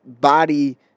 body